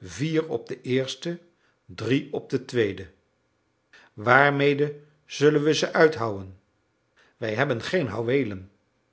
vier op de eerste drie op de tweede waarmede zullen we ze uithouwen wij hebben geen